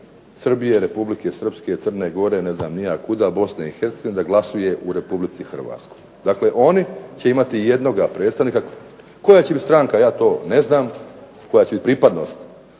Srbije, Republike Srpske, Crne Gore, ne znam ni ja kuda, Bosne i Hercegovine da glasuje u Republici Hrvatskoj. Dakle oni će imati jednoga predstavnika, koja će biti stranka ja to ne znam, koja će biti pripadnost